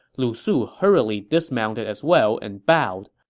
lu su hurriedly dismounted as well and bowed.